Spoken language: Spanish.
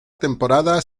temporada